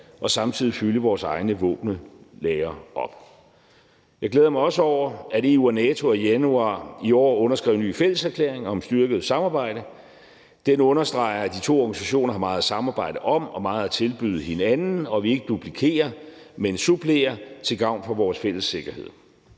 og samtidig fylde vores egne våbenlagre op. Jeg glæder mig også over, at EU og NATO i januar i år underskrev en ny fælleserklæring om et styrket samarbejde. Den understreger, at de to organisationer har meget at samarbejde om og meget at tilbyde hinanden, og at vi ikke skal duplikere, men supplere til gavn for vores fælles sikkerhed.